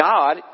God